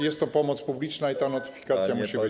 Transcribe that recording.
Jest to pomoc publiczna i ta notyfikacja musi być.